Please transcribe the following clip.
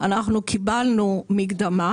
אנחנו קיבלנו מקדמה.